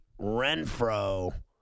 Renfro